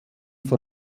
vor